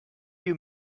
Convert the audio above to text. you